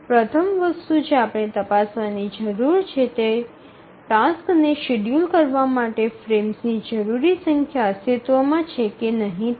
પ્રથમ વસ્તુ જે આપણે તપાસવાની જરૂર છે એ છે ટાસ્ક ને શેડ્યૂલ કરવા માટે ફ્રેમ્સની જરૂરી સંખ્યા અસ્તિત્વમાં છે કે નહીં તે